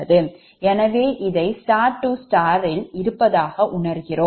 எனவே இதை star star இல் இருப்பதாக உணர்கிறோம்